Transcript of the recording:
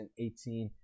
2018